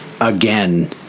again